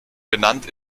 benannt